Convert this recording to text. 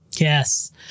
Yes